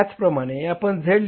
त्याचप्रमाणे आपण Z